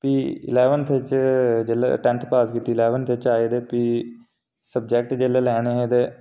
भी इलैवनथ च जेल्लै टैनथ पास कीती इलैवनथ च आए ते भी सब्जैक्ट जेल्लै लैने हे